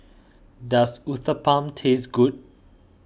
does Uthapam taste good